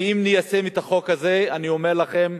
ואם ניישם את החוק הזה, אני אומר לכם,